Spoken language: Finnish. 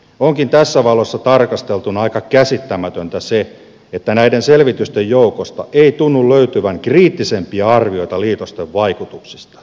onkin tässä valossa tarkasteltuna aika käsittämätöntä se että näiden selvitysten joukosta ei tunnu löytyvän kriittisempiä arvioita liitosten vaikutuksista